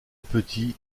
petit